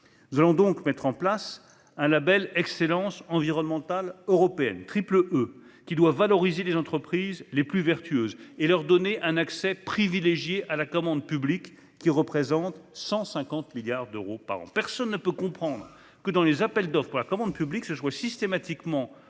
Nous allons donc mettre en place un label d'excellence environnementale européenne, dit triple E, qui doit valoriser les entreprises les plus vertueuses et leur donner un accès privilégié à la commande publique, qui représente 150 milliards d'euros par an. Personne ne peut comprendre que, dans les appels d'offres pour la commande publique, ce soit systématiquement le